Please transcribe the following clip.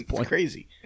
crazy